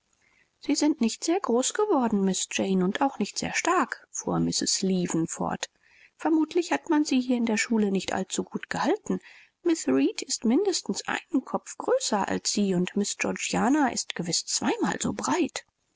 sie sind nicht sehr groß geworden miß jane und auch nicht sehr stark fuhr mrs leaven fort vermutlich hat man sie hier in der schule nicht allzu gut gehalten miß reed ist mindestens einen kopf größer als sie und miß georgiana ist gewiß zweimal so breit